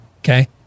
okay